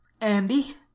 Andy